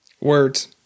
Words